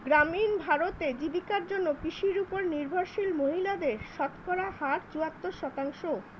গ্রামীণ ভারতে, জীবিকার জন্য কৃষির উপর নির্ভরশীল মহিলাদের শতকরা হার চুয়াত্তর শতাংশ